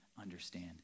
understand